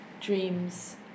dreams